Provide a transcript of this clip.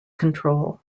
control